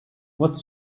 what